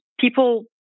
people